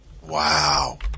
Wow